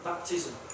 Baptism